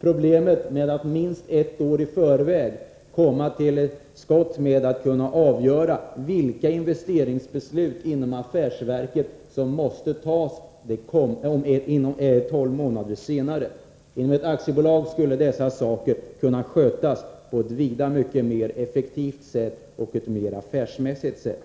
problem är att FFV minst ett år i förväg måste avgöra vilka investeringsbeslut inom affärsverket som skall tas tolv månader senare. Inom ett aktiebolag skulle dessa saker kunna skötas på ett vida mer effektivt och affärsmässigt sätt.